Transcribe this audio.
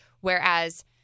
Whereas